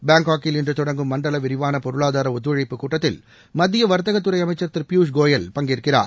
பேங்காக்கில் இன்று தொடங்கும் மண்டல விரிவாள பொருளாதார ஒத்துழைப்பு கூட்டத்தில் மத்திய வர்த்தகத்துறை அமைச்சர் திரு பியூஸ் கோயல் பங்கேற்கிறார்